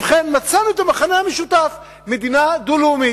ובכן, מצאנו את המכנה המשותף: מדינה דו-לאומית.